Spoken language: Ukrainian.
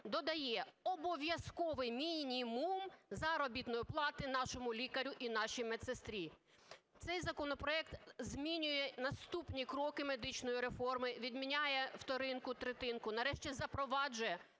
додає обов'язковий мінімум заробітної плати нашому лікарю і нашій медсестрі. Цей законопроект змінює наступні кроки медичної реформи: відміняє вторинку, третинку, нарешті запроваджує